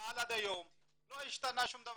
פעל עד היום, לא השתנה שום דבר.